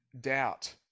doubt